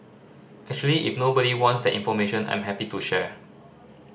actually if nobody wants that information I'm happy to share